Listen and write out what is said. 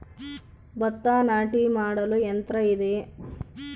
ಭತ್ತ ನಾಟಿ ಮಾಡಲು ಯಂತ್ರ ಇದೆಯೇ?